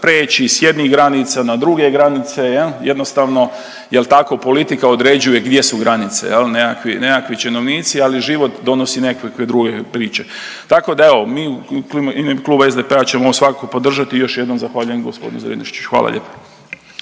preći s jednih granica na druge granice, jednostavno jel tako politika određuje gdje su granice, nekakvi činovnici, ali život donosi nekakve druge priče. Tako da mi u ime kluba SDP-a ćemo svakako podržati i još jednom zahvaljujem g. Zrinušiću. Hvala lijepo.